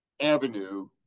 Avenue